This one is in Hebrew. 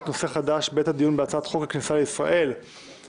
נושא חדש בעת הדיון בהצעת חוק הכניסה לישראל (תיקון מס' 33),